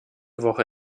woche